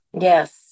Yes